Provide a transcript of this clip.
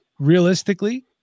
Realistically